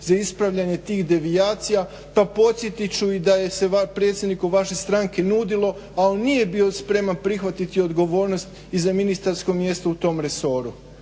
za ispravljanje tih devijacija. Pa podsjetit ću da se i predsjedniku vaše stranke nudilo a on nije bio spreman prihvatiti odgovornost i za ministarsko mjesto u tom resoru.